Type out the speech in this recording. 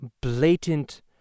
blatant